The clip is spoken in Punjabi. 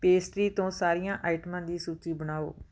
ਪੇਸਟਰੀ ਤੋਂ ਸਾਰੀਆਂ ਆਈਟਮਾਂ ਦੀ ਸੂਚੀ ਬਣਾਓ